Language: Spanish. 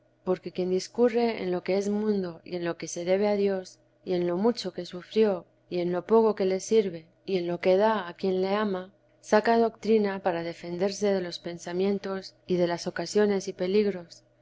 porque quien discurre en lo que es mundo y en lo que debe a dios y en lo mucho que sufrió y en lo poco que le sirve y lo que da a quien le ama saca doctrina para defenderse da los pensamientos y de las ocasknes y peligros